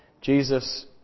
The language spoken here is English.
Jesus